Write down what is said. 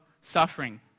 suffering